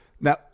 now